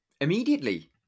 Immediately